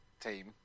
team